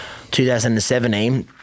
2017